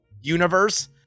universe